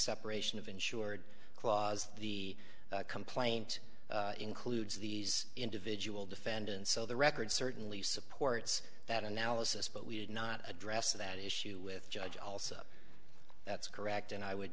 separation of insured clause the complaint includes these individual defendants so the record certainly supports that analysis but we did not address that issue with judge also that's correct and i would